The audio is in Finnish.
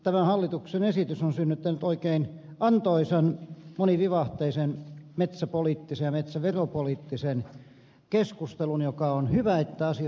tämä hallituksen esitys on synnyttänyt oikein antoisan monivivahteisen metsäpoliittisen ja metsäveropoliittisen keskustelun ja on hyvä että asioista keskustellaan